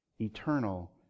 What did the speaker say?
eternal